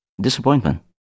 Disappointment